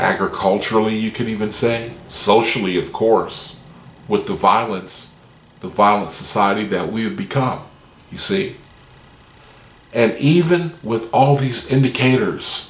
agriculturally you can even say so surely of course with the violence the violent society that we've become you see even with all these indicators